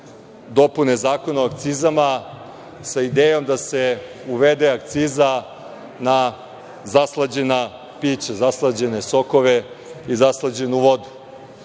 dopunu Zakona o akcizama, sa idejom da se uvede akciza na zaslađena pića, zaslađene sokove i zaslađenu vodu.